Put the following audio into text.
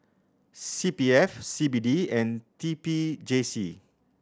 C P F C B D and T P J C